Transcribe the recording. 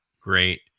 great